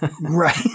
Right